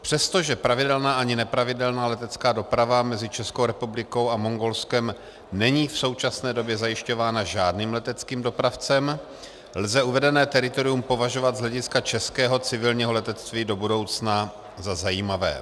Přestože pravidelná ani nepravidelná letecká doprava mezi ČR a Mongolskem není v současné době zajišťována žádným leteckým dopravcem, lze uvedené teritorium považovat z hlediska českého civilního letectví do budoucna za zajímavé.